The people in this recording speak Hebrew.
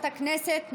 חברות הכנסת,